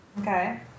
Okay